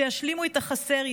שישלימו את החסר,